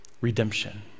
redemption